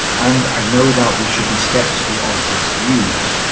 and i know that we should be sceptical of his views,